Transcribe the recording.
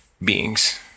beings